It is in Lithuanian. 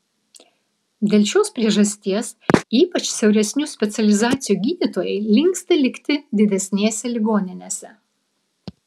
dėl šios priežasties ypač siauresnių specializacijų gydytojai linksta likti didesnėse ligoninėse